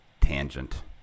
tangent